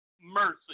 mercy